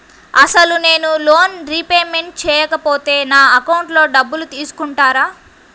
అసలు నేనూ loan repayment చేయకపోతే నా అకౌంట్లో డబ్బులు తీసుకుంటారా?